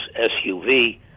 SUV